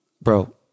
bro